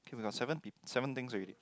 K we got seven seven things already